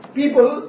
people